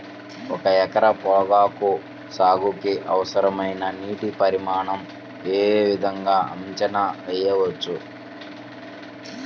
ఒక ఎకరం పొగాకు సాగుకి అవసరమైన నీటి పరిమాణం యే విధంగా అంచనా వేయవచ్చు?